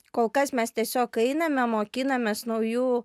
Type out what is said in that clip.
kol kas mes tiesiog einame mokinamės naujų